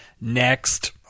next